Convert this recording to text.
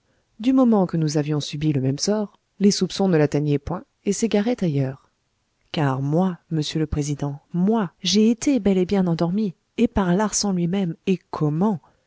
du moment que nous avions subi le même sort les soupçons ne l'atteignaient point et s'égaraient ailleurs car moi monsieur le président moi j'ai bel et bien été endormi et par larsan lui-même et comment